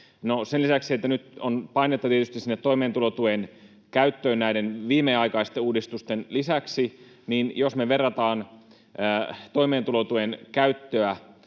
sen lisäksi, että nyt on painetta tietysti toimeentulotuen käyttöön näiden viimeaikaisten uudistusten lisäksi, niin jos me verrataan toimeentulotuen käyttöä